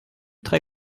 très